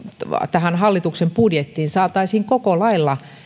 tähän hallituksen budjettiin saataisiin koko lailla